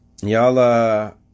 y'all